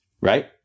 right